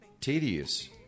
tedious